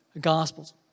gospels